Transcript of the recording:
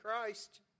Christ